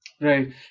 Right